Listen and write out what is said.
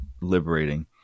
liberating